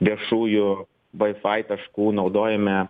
viešųjų vai fai taškų naudojame